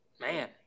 Man